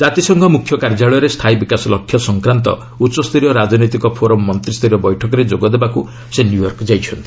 କାତିସଂଘ ମୁଖ୍ୟ କାର୍ଯ୍ୟାଳୟରେ ସ୍ଥାୟୀ ବିକାଶ ଲକ୍ଷ୍ୟ ସଂକ୍ରାନ୍ତ ଉଚ୍ଚସ୍ତରୀୟ ରାଜନୈତିକ ଫୋରମ୍ ମନ୍ତ୍ରୀୟରୀୟ ବୈଠକରେ ଯୋଗ ଦେବାକୁ ସେ ନ୍ୟୟର୍କ ଯାଇଛନ୍ତି